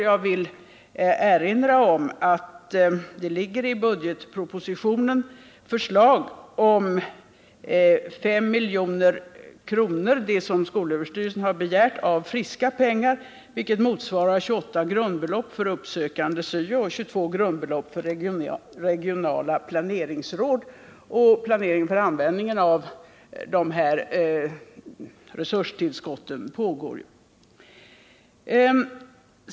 Jag vill erinra om att det i budgetproposi tionen ligger förslag om yuerligare 5 milj.kr., utöver det som skolöverstyrelsen har begärt i sin anslagsframställning. Detta motsvarar 28 grundbelopp för uppsökande SYO-verksamhet och 22 grundbelopp för regionala planeringsråd. Planeringen för användningen av dessa resurstillskott pågår.